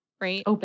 Right